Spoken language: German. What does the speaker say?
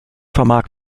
vermag